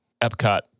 Epcot